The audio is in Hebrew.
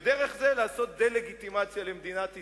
וכך לעשות דה-לגיטימציה למדינת ישראל.